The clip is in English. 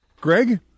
Greg